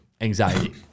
anxiety